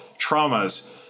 traumas